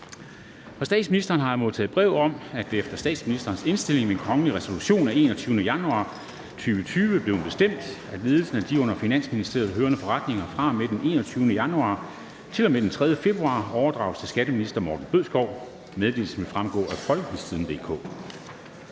Fra statsministeren har jeg modtaget brev om, at det efter statsministerens indstilling ved kongelig resolution af 21. januar 2020 blev bestemt, at ledelsen af de under Finansministeriet hørende forretninger fra og med den 21. januar til og med den 3. februar 2020 overdrages til skatteminister Morten Bødskov. Meddelelsen vil fremgå af www.folketingstidende.dk